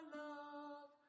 love